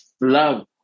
love